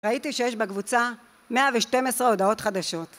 ראיתי שיש בקבוצה 112 הודעות חדשות